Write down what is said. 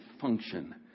function